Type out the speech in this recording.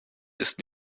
ist